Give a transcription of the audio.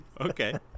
Okay